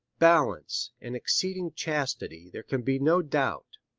balance and exceeding chastity there can be no doubt.